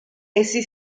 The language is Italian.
essi